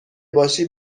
باشی